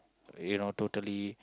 you know totally